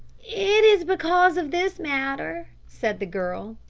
it is because of this matter, said the girl.